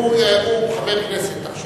עכשיו הוא חבר כנסת.